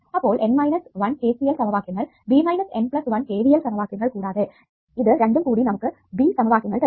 അപ്പോൾ N minus 1 KCL സമവാക്യങ്ങൾ B minus N plus 1 KVL സമവാക്യങ്ങൾ കൂടാതെ ഇത് രണ്ടും കൂടി നമുക്ക് B സമവാക്യങ്ങൾ തരും